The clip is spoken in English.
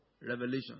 revelation